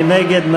מי נגד?